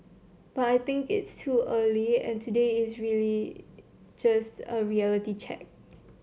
but I think it is too early and today is really just a reality check